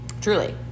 Truly